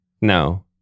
No